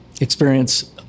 experience